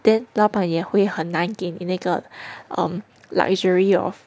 then 老板也会很难给你那个 um luxury of